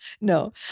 no